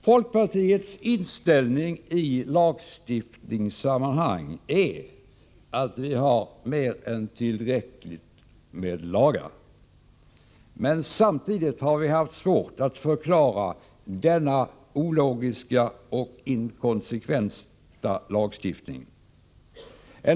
Folkpartiets inställning i lagstiftningssammanhang är att vi har mer än tillräckligt av lagar, men samtidigt har vi haft svårt att förklara denna ologiska lagstiftning.